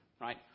right